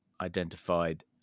identified